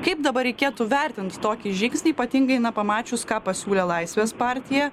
kaip dabar reikėtų vertint tokį žingsnį ypatingai na pamačius ką pasiūlė laisvės partija